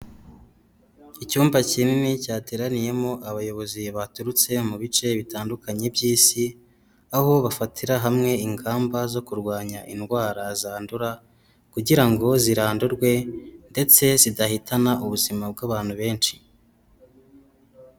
Icyumba kinini cyateraniyemo abayobozi baturutse mu bice bitandukanye by'isi, aho bafatira hamwe ingamba zo kurwanya indwara zandura, kugira ngo zirandurwe, ndetse zidahitana ubuzima bw'abantu benshi.